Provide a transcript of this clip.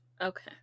Okay